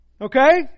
Okay